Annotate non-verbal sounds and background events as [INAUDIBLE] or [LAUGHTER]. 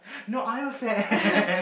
[LAUGHS]